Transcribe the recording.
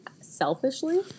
selfishly